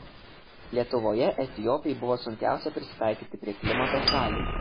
lietuvoje etiopei buvo sunkiausia prisitaikyti prie klimato sąlygų